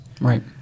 Right